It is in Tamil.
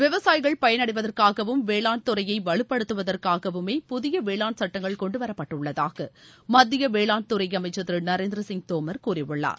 விவசாயிகள் பயனடைவதற்காகவும் வேளாண் துறையை வலுப்படுத்துவதற்காகவுமே புதிய வேளாண் சட்டங்கள் கொண்டுவரப்பட்டுள்ளதாக மத்திய வேளாண் துறை அமைச்சர் திரு நரேந்திர சிங் தோமர் கூறியுள்ளார்